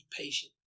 patient